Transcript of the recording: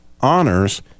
honors